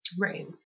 Right